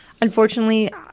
unfortunately